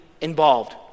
involved